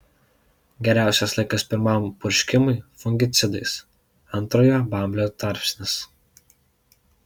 geriausias laikas pirmam purškimui fungicidais antrojo bamblio tarpsnis